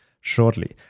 shortly